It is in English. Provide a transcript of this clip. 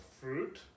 fruit